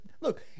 look